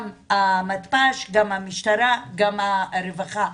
גם המתפ"ש, גם המשטרה, גם הרווחה.